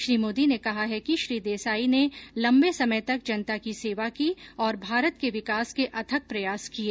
श्री मोदी ने कहा है कि श्री देसाई ने लंबे समय तक जनता की सेवा की और भारत के विकास के अथक प्रयास किए